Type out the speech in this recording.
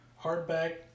hardback